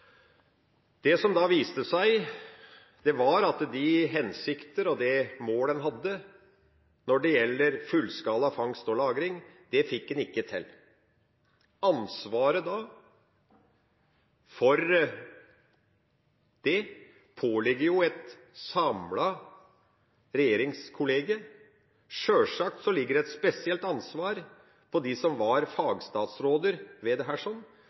det som da viste seg, var at de hensikter og de mål en hadde når det gjelder fullskala fangst og lagring, fikk en ikke til. Ansvaret for det påligger et samlet regjeringskollegium. Sjølsagt ligger det et spesielt ansvar på dem som var fagstatsråder, men som alle er kjent med i en regjering, opptrer en samlet. Det